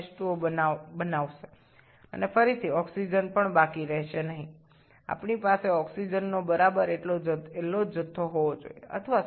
সুতরাং এটি CO2 এবং H2O গঠন করবে এবং আর কোনও অক্সিজেনও অবশিষ্ট থাকবে না